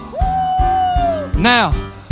now